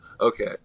Okay